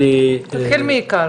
תתחיל מהעיקר.